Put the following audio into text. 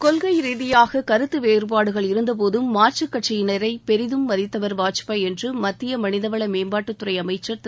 கொள்கை ரீதியாக கருத்து வேறுபாடுகள் இருந்தபோதும் மாற்றுக் கட்சியினரை பெரிதும் மதித்தவர் வாஜ்பாய் என்று மத்திய மனித வள மேம்பாட்டுத்துறை அமைச்சர் திரு